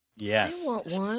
yes